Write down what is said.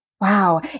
Wow